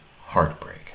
heartbreak